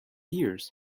years